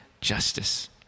justice